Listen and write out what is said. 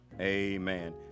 Amen